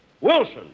Wilson